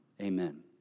Amen